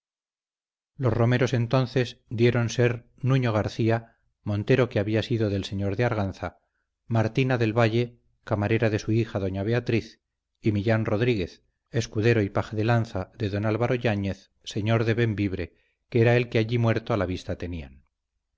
los romeros entonces dijeron ser nuño garcía montero que había sido del señor de arganza martina del valle camarera de su hija doña beatriz y millán rodríguez escudero y paje de lanza de don álvaro yáñez señor de bembibre que era el que allí muerto a la vista tenían